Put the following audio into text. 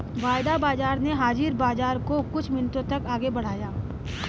वायदा बाजार ने हाजिर बाजार को कुछ मिनटों तक आगे बढ़ाया